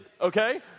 Okay